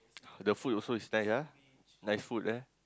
the food also is nice ah nice food eh